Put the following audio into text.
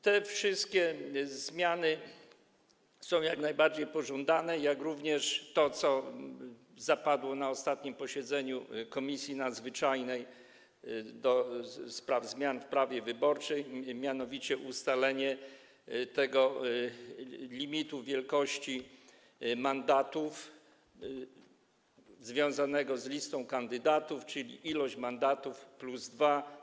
Te wszystkie zmiany są jak najbardziej pożądane, jak również to, co nastąpiło na ostatnim posiedzeniu Komisji Nadzwyczajnej do spraw zmian w prawie wyborczym, mianowicie ustalenie limitu liczby mandatów związanego z listą kandydatów - liczba mandatów plus dwa.